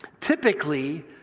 typically